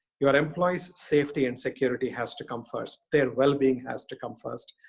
your employees' safety and security has to come first. their well being has to come first,